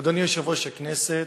אדוני יושב-ראש הכנסת,